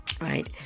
right